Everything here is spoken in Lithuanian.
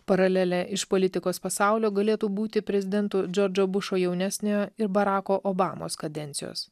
paralelė iš politikos pasaulio galėtų būti prezidentų džordžo bušo jaunesniojo ir barako obamos kadencijos